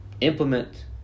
Implement